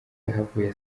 yahavuye